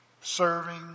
Serving